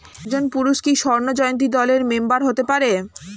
একজন পুরুষ কি স্বর্ণ জয়ন্তী দলের মেম্বার হতে পারে?